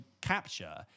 capture